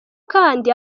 kandi